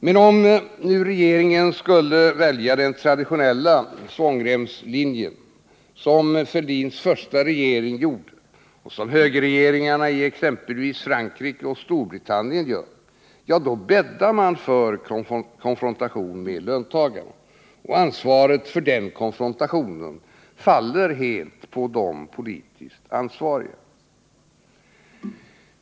Men om regeringen skulle välja den traditionella svångremslinjen, som Fälldins första regering gjorde och som högerregeringarna i exempelvis Frankrike och Storbritannien gör, då bäddar man för konfrontation med löntagarna. Och ansvaret för den konfrontationen faller helt på de politiskt ansvariga.